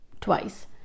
twice